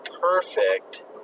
perfect